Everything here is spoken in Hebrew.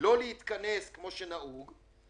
לא להתכנס כמו שנהוג,